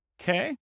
Okay